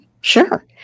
sure